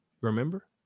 remember